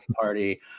party